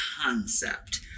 concept